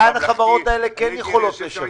לאן החברות האלה כן יכולות לשווק.